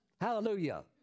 Hallelujah